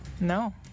No